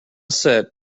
set